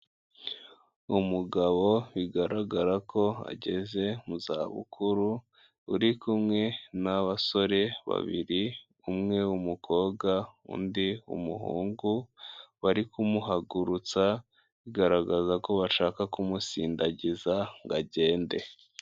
Umugabo bigaragara ko ageze mu zabukuru, uri kumwe n'abasore babiri, umwe w'umukobwa, undi w'umuhungu, bari kumuhagurutsa, bigaragaza ko bashaka kumusindagiza ngo agende.